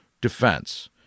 defense